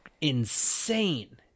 insane